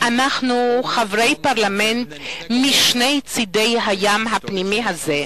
חברי פרלמנט משני צדי הים הפנימי הזה,